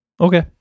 Okay